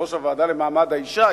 יושבת-ראש הוועדה למעמד האשה,